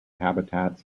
habitats